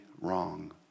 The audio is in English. wrong